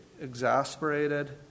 exasperated